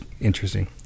interesting